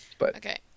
Okay